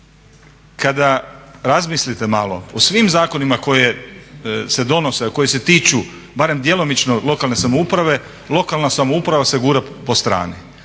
Kada razmislite malo o svim zakonima koji se donose a koji se tiču barem djelomično lokalne samouprave, lokalna samouprave se gura po strani.